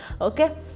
okay